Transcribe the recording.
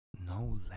No